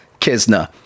Kisner